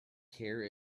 care